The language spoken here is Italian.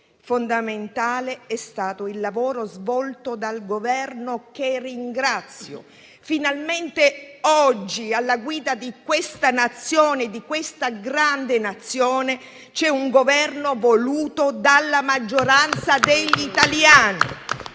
Fondamentale è stato il lavoro svolto dal Governo, che ringrazio: finalmente oggi alla guida di questa grande Nazione c'è un Governo voluto dalla maggioranza degli italiani.